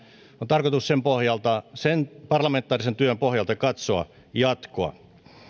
on tarkoitus kehysriihessään sen parlamentaarisen työn pohjalta katsoa jatkoa